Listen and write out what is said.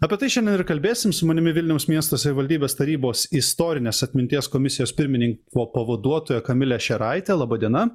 apie tai šiandien ir kalbėsim su manimi vilniaus miesto savivaldybės tarybos istorinės atminties komisijos pirmininko pavaduotoja kamilė šeraitė laba diena